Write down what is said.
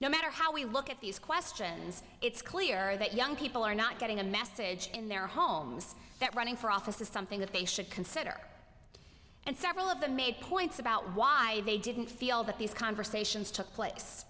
no matter how we look at these questions it's clear that young people are not getting a message in their homes that running for office is something that they should consider and several of them made points about why they didn't feel that these conversations took place